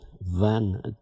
Van